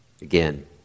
Again